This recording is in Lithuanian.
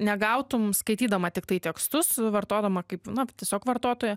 negautum skaitydama tiktai tekstus vartodama kaip na tiesiog vartotoja